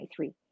2023